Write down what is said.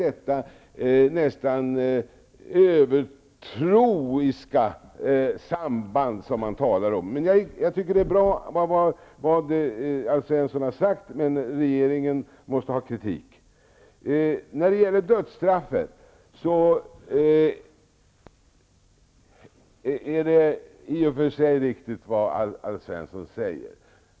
Det samband som man talar om med en sådan övertro finns inte. Det Alf Svensson har sagt är bra, men regeringen måste få kritik. Det Alf Svensson sade om dödsstraffet är i och för sig riktigt.